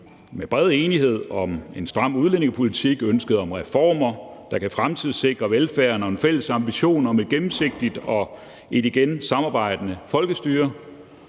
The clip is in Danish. en bred enighed om en stram udlændingepolitik, et ønske om reformer, der kan fremtidssikre velfærden, og en fælles ambition om et gennemsigtigt og et igen samarbejdende folkestyre,